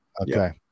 Okay